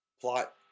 plot